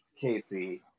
Casey